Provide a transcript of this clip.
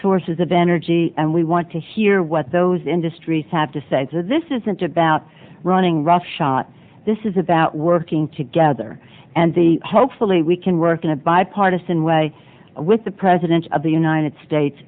sources of energy and we want to hear what those industries have to say this isn't about running roughshod this is about working together and the hopefully we can work in a bipartisan way with the president of the united states